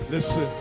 Listen